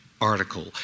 article